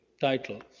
title